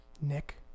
Nick